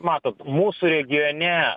matot mūsų regione